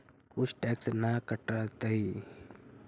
कुछ टैक्स ना न कटतइ?